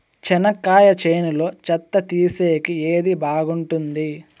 చెనక్కాయ చేనులో చెత్త తీసేకి ఏది బాగుంటుంది?